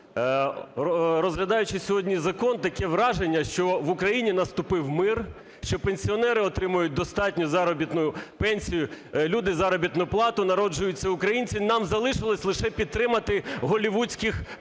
розглядаючи сьогодні закон, таке враження, що в Україні наступив мир, що пенсіонери отримують достатню пенсію, люди заробітну плату, народжуються українці, і нам залишилося лише підтримати голлівудських продюсерів.